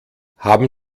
haben